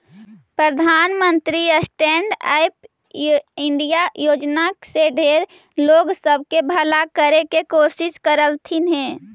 प्रधानमंत्री stand up India योजना से ढेर लोग सब के भला करे के कोशिश कयलथिन हे